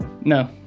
No